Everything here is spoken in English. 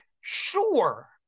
Sure